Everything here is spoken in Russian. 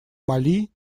мали